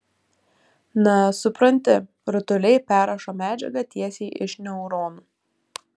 na supranti rutuliai perrašo medžiagą tiesiai iš neuronų